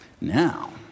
Now